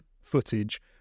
footage